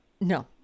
No